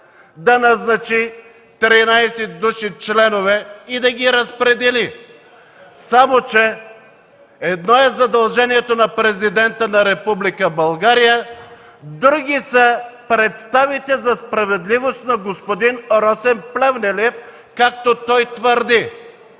да назначи 13 души членове и да ги разпредели. Само че едно е задължението на президента на Република България, други са представите за справедливост на господин Росен Плевнелиев, както той твърди.